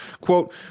quote